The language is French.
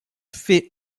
fait